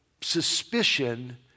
suspicion